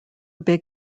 big